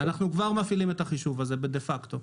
אנחנו כבר מפעילים את החישוב הזה דה פקטו.